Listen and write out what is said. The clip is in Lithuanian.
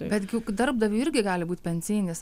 bet gi juk darbdaviui irgi gali būti pensijinis